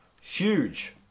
Huge